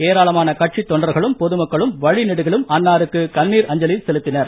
ஏராளமான கட்சித் தொண்டர்களும் பொதுமக்களும் வழிநெடுகிலும் அன்னாருக்கு கண்ணீர் அஞ்சலி செலுத்தினர்